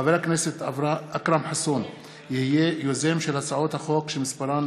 חבר הכנסת אכרם חסון יהיה יוזם של הצעות החוק שמספרן